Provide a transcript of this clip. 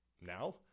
Now